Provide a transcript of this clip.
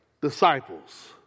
disciples